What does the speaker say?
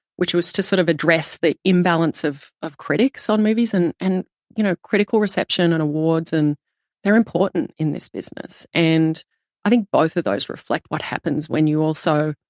which was to sort of address the imbalance of of critics on movies. and and, you know, critical reception and awards, and they're important in this business. and i think both of those reflect what happens when you also,